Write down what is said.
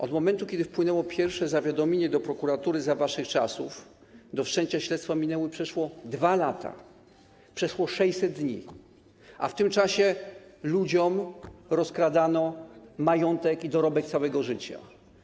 Od momentu, kiedy wpłynęło pierwsze zawiadomienie do prokuratury za waszych czasów, do wszczęcia śledztwa minęły przeszło 2 lata, przeszło 600 dni, a w tym czasie ludziom rozkradano majątek i dorobek całego życia.